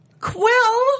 Quill